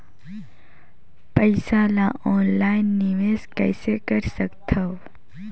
पईसा ल ऑनलाइन निवेश कइसे कर सकथव?